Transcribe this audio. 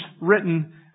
written